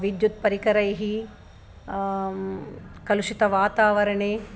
विद्युत्परिकरैः कलुषितवातावरणे